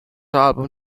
album